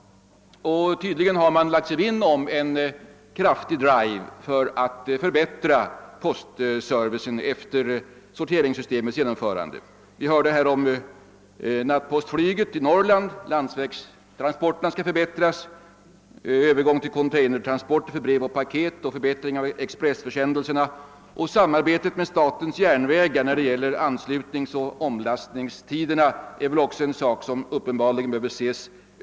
Tydligen har man lagt sig vinn om att göra en kraftig drive för att förbättra postservicen efter sorteringssystemets genomförande. Nattpostflyget till Norrland skall förstärkas och landsvägstransporterna förbättras, man skall övergå till containertransport för brev och paket och förbättra befordran av expressförsändelser. Samarbetet med SJ i fråga om anslutningsoch omlastningstider behöver uppenbarligen också intensifieras.